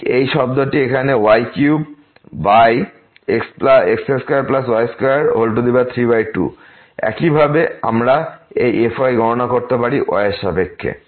ঠিক এই শব্দটি এখানে y3x2y232 এবং একইভাবে আমরা এই fy গণনা করতে পারি y এর সাপেক্ষে